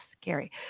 scary